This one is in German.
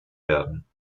werden